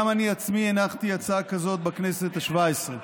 גם אני עצמי הנחתי הצעת כזאת בכנסת השבע-עשרה.